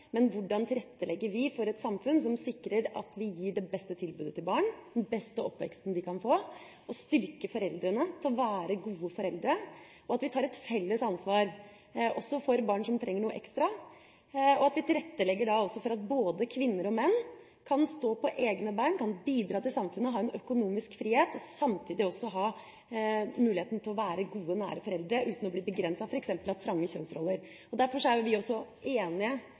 men hvordan vi tilrettelegger for et samfunn som sikrer at vi gir det beste tilbudet til barn, den beste oppveksten de kan få, styrker foreldrene til å være gode foreldre, at vi tar et felles ansvar også for barn som trenger noe ekstra, og at vi tilrettelegger for at både kvinner og menn kan stå på egne bein, kan bidra til samfunnet, ha en økonomisk frihet og samtidig også ha muligheten til å være gode, nære foreldre uten å bli begrenset, f.eks. av trange kjønnsroller. Derfor er vi også enige